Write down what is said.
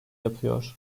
yapıyor